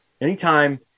Anytime